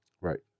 right